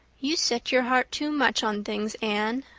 you set your heart too much on things, anne,